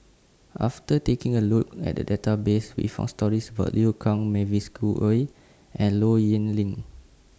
after taking A Look At The Database We found stories about Liu Kang Mavis Khoo Oei and Low Yen Ling